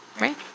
Right